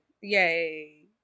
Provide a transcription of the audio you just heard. Yay